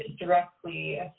directly